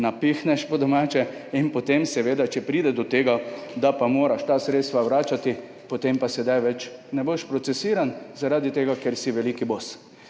napihneš, po domače, in potem, če pride do tega, da moraš ta sredstva vračati, pa sedaj več ne boš procesiran, zaradi tega ker si veliki bos.